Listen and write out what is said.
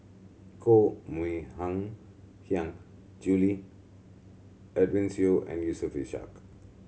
Koh Mui Hiang Julie Edwin Siew and Yusof Ishak